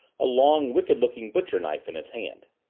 a long, wicked-looking butcher knife in his hand.